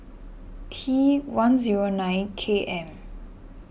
T one zero nine K M